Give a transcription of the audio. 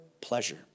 pleasure